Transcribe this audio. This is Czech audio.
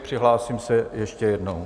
Přihlásím se ještě jednou.